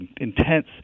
intense